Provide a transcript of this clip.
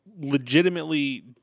legitimately